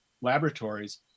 laboratories